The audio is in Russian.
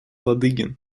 ладыгин